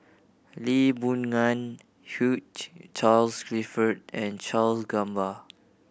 Lee Boon Ngan Hugh Charles Clifford and Charle Gamba